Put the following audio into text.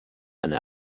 eine